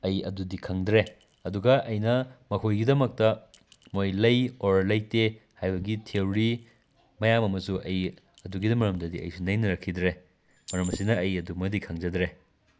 ꯑꯩ ꯑꯗꯨꯗꯤ ꯈꯪꯗ꯭ꯔꯦ ꯑꯗꯨꯒ ꯑꯩꯅ ꯃꯈꯣꯏꯒꯤꯗꯃꯛꯇ ꯃꯣꯏ ꯂꯩ ꯑꯣꯔ ꯂꯩꯇꯦ ꯍꯥꯏꯕꯒꯤ ꯊꯤꯑꯣꯔꯤ ꯃꯌꯥꯝ ꯑꯃꯁꯨ ꯑꯩ ꯑꯗꯨꯒꯤ ꯃꯔꯝꯗꯗꯤ ꯑꯩꯁꯨ ꯅꯩꯅꯔꯛꯈꯤꯗ꯭ꯔꯦ ꯃꯔꯝ ꯑꯁꯤꯅ ꯑꯩ ꯑꯗꯨꯃꯗꯤ ꯈꯪꯖꯗ꯭ꯔꯦ